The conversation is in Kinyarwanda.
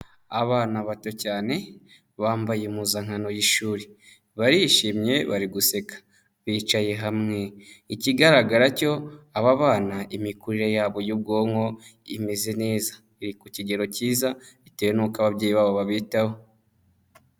Abana bato cyane bambaye impuzankano y'ishuri, barishimye bari guseka, bicaye hamwe, ikigaragara cyo aba bana imikurire yabo y'ubwonko imeze neza, iri ku kigero cyiza bitewe n'uko ababyeyi babo babitaho.